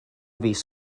fis